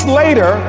later